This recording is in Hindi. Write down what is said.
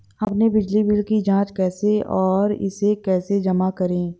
हम अपने बिजली बिल की जाँच कैसे और इसे कैसे जमा करें?